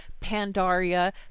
Pandaria